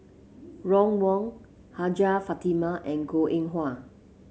Ron Wong Hajjah Fatimah and Goh Eng Wah